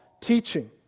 teaching